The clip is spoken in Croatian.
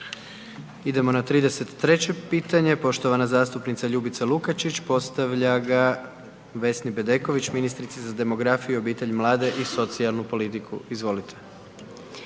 Idemo na 33 pitanje, poštovana zastupnica Ljubica Lukačić postavlja ga Vesni Bedeković, ministrici za demografiju, obitelj, mlade i socijalnu politiku. Izvolite.